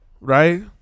Right